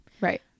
Right